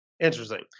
Interesting